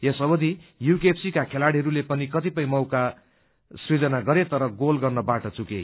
यस अवधि यूकेएफसीक खेलाड़ीहरूले पनि क्रिपय मौका सृजना गरे तर गोल गर्नबाट चुके